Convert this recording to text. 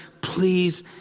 Please